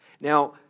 Now